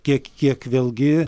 kiek kiek vėlgi